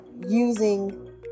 using